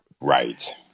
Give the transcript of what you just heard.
right